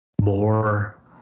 More